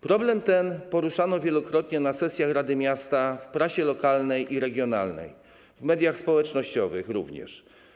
Problem ten poruszano wielokrotnie na sesjach rady miasta, w prasie lokalnej i regionalnej, w mediach społecznościowych również.